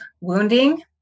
wounding